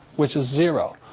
which is zero.